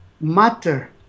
matter